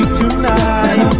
tonight